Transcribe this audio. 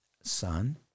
son